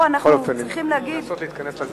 בכל אופן, לנסות להתכנס לזמן.